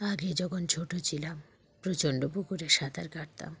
আগে যখন ছোটো ছিলাম প্রচণ্ড পুকুরে সাঁতার কাটতাম